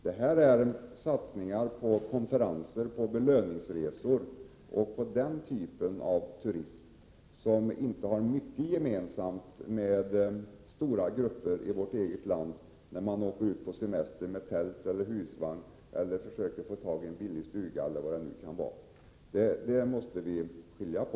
Detta gäller satsningar på konferenser och på belöningsresor, osv. Dessa resor har inte mycket gemensamt med de resor som de stora grupperna i vårt eget land gör, dvs. att åka ut på semester med tält eller husvagn eller försöka få tag i någon billig stuga, osv. Dessa saker måste vi skilja på.